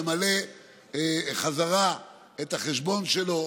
למלא חזרה את החשבון שלו,